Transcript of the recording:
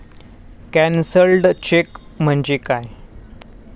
Cancelled cheque म्हणजे काय?